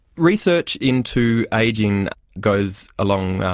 research into ageing goes along,